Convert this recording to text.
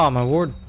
um my word.